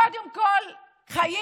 קודם כול חיים.